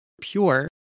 pure